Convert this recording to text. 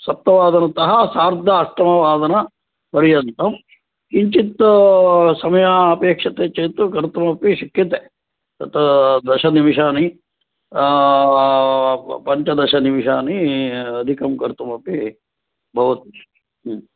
सप्तवादनतः सार्ध अष्टवादनपर्यन्तं किञ्चित् समयः अपेक्ष्यते चेत् कर्तुमपि शक्यते तत् दश निमेषाः पञ्चदशनिमेषाः अधिकं कर्तुमपि भवतु